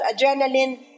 adrenaline